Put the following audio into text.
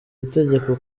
itegeko